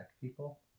people